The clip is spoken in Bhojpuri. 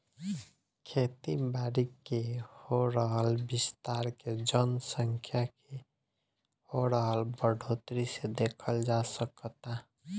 खेती बारी के हो रहल विस्तार के जनसँख्या के हो रहल बढ़ोतरी से देखल जा सकऽता